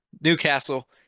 Newcastle